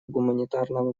гуманитарного